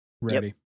Ready